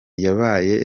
yabaye